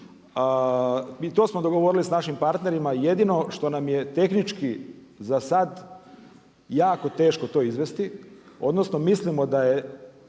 i to smo dogovorili sa našim partnerima. Jedino što nam je tehnički za sada jako teško to izvesti odnosno mislimo da je